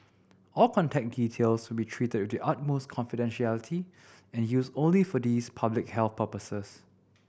all contact details will be treated with the utmost confidentiality and used only for these public health purposes